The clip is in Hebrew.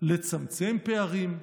לצמצם פערים?